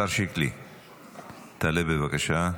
השר שיקלי, תעלה, בבקשה.